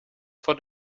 for